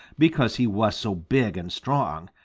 because he was so big and strong.